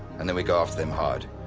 and then we go after them hard.